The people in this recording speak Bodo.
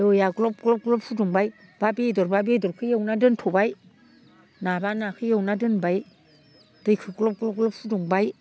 दैया ग्लब ग्लब ग्लब फुदुंबाय बा बेदरब्ला बेदरखौ एवना दोन्थ'बाय नाब्ला नाखो एवना दोनबाय दैखो ग्लब ग्लब ग्लब फुदुंबाय